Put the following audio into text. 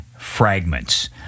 fragments